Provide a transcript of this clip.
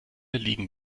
liegen